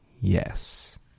yes